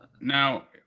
Now